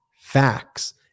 facts